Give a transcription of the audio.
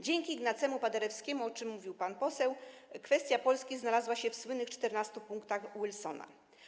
Dzięki Ignacemu Paderewskiemu, o czym mówił pan poseł, kwestia Polski znalazła się w słynnych 14 punktach Wilsona.